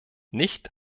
nicht